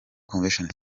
convention